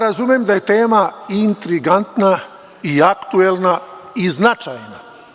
Razumem ja da je tema intrigantna, aktuelna i značajna.